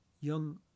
young